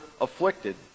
afflicted